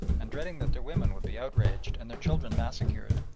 and dreading that their women would be outraged and their children massacred,